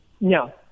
No